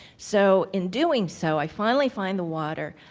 so, in doing so, i finally find the water.